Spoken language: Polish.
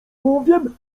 powiem